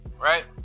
right